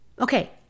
Okay